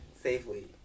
safely